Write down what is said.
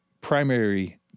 primary